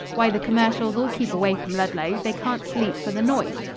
why, the commercials all keep away from ludlow. they can't sleep for the noise.